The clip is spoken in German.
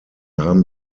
haben